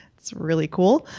it's really cool.